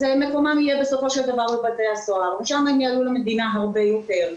אז מקומם יהיה בסופו של דבר בבתי הסוהר ושם הם יעלו למדינה הרבה יותר,